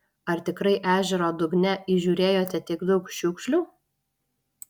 ar tikrai ežero dugne įžiūrėjote tiek daug šiukšlių